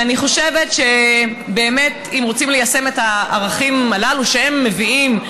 ואני חושבת שבאמת אם רוצים ליישם את הערכים הללו שהם מביאים,